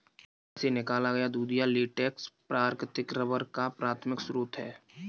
पेड़ से निकाला गया दूधिया लेटेक्स प्राकृतिक रबर का प्राथमिक स्रोत है